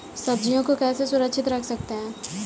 सब्जियों को कैसे सुरक्षित रख सकते हैं?